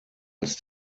als